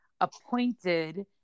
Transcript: appointed